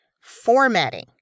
Formatting